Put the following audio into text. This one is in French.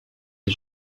est